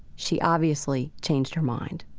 she obviously changed her mind.